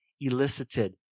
elicited